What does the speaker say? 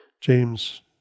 James